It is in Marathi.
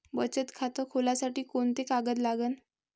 बचत खात खोलासाठी कोंते कागद लागन?